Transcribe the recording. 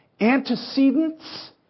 antecedents